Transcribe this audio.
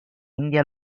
india